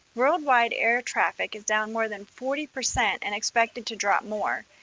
worldwide air traffic is down more than forty percent and expected to drop more.